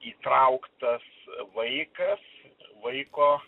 įtrauktas vaikas vaiko